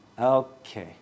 Okay